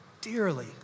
dearly